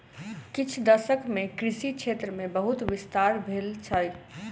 किछ दशक मे कृषि क्षेत्र मे बहुत विस्तार भेल छै